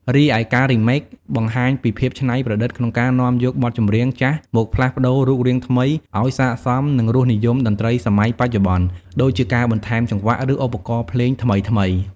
រីឯ ការ Remake បង្ហាញពីភាពច្នៃប្រឌិតក្នុងការនាំយកបទចម្រៀងចាស់មកផ្លាស់ប្ដូររូបរាងថ្មីឲ្យស័ក្តិសមនឹងរសនិយមតន្ត្រីសម័យបច្ចុប្បន្ន ដូចជាការបន្ថែមចង្វាក់ ឬឧបករណ៍ភ្លេងថ្មីៗ។